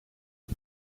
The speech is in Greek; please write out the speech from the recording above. του